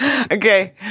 Okay